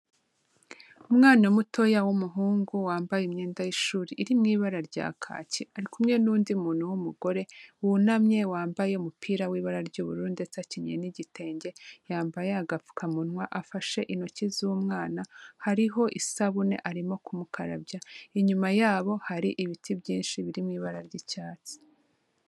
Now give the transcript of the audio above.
Umwana mutoya w'umuhungu wambaye imyenda y'ishuri iri mu ibara rya kaki, ari kumwe n'undi muntu w'umugore, wunamye wambaye umupira w'ibara ry'ubururu ndetse akenyeye n'igitenge, yambaye agapfukamunwa, afashe intoki z'umwana, hariho isabune arimo kumukarabya, inyuma yabo hari ibiti byinshi biri mu ibara ry'icyatsi.